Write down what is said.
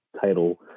title